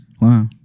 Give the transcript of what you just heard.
Wow